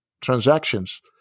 transactions